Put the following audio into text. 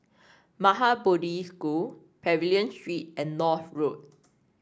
Maha Bodhi School Pavilion Street and North Road